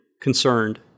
concerned